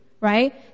right